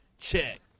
Check